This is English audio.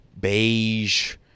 beige